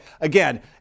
again